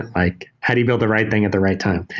and like how do you build the right thing at the right time?